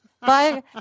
Bye